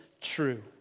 true